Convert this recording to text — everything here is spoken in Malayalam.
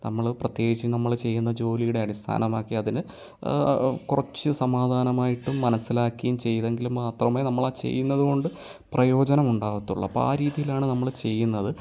നമ്മൾ പ്രത്യേകിച്ചും നമ്മൾ ചെയ്യുന്ന ജോലിയുടെ അടിസ്ഥാനമാക്കി അതിൽ കുറച്ച് സമാധാനമായിട്ട് മനസ്സിലാക്കിയും ചെയ്തെങ്കിൽ മാത്രമേ നമ്മൾ ആ ചെയ്യുന്നത് കൊണ്ട് പ്രയോജനം ഉണ്ടാവുകയുള്ളു അപ്പം ആ രീതിയിലാണ് നമ്മൾ ചെയ്യുന്നത്